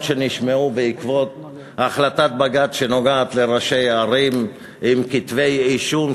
שנשמעו בעקבות החלטת בג"ץ שנוגעת לראשי ערים עם כתבי-אישום.